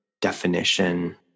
definition